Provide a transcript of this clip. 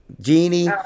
Genie